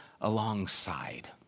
alongside